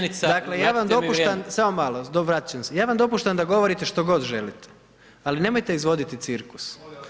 Dakle ja vam dopuštam, samo malo, vratit ćemo se, ja vam dopuštam da govorite što god želite ali nemojte izvoditi cirkus.